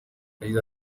yagize